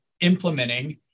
implementing